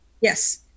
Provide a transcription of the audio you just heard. Yes